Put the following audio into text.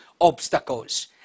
obstacles